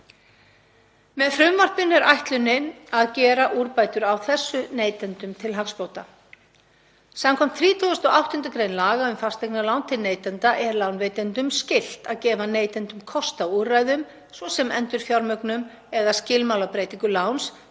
Með frumvarpinu er ætlunin að gera úrbætur á þessu, neytendum til hagsbóta. Samkvæmt 38. gr. laga um fasteignalán til neytenda er lánveitendum skylt að gefa neytendum kost á úrræðum, svo sem endurfjármögnun eða skilmálabreytingu láns,